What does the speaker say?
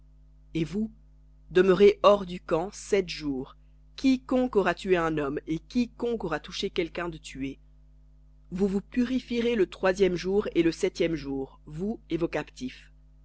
et vous demeurez hors du camp sept jours quiconque aura tué un homme et quiconque aura touché quelqu'un de tué vous vous purifierez le troisième jour et le septième jour vous et vos captifs